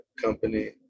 company